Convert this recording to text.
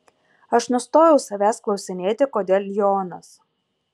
aš nustojau savęs klausinėti kodėl lionas